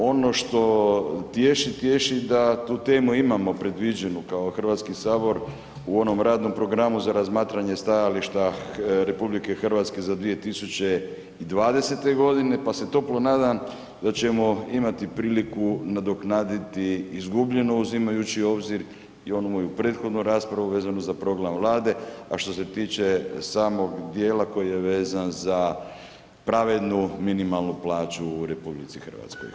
Ono što tješi, tješi da tu temu imamo predviđenu kao Hrvatski sabor u onom radnom programu za razmatranje stajališta RH za 2020. godine pa se toplo nadam da ćemo imati priliku nadoknaditi izgubljeno uzimajući u obzir i onu moju prethodnu raspravu vezanu za program Vlade, a što se tiče samog dijela koji je vezan za pravednu minimalnu plaću u RH.